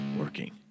working